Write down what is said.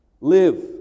Live